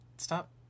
Stop